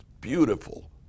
Beautiful